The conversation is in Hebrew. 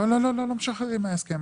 לא, לא משחררים מההסכם.